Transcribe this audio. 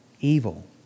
evil